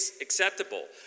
acceptable